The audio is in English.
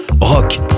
Rock